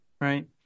Right